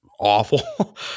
awful